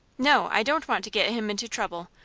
no, i don't want to get him into trouble,